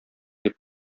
дип